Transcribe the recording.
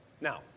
now